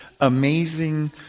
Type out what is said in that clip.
Amazing